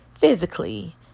physically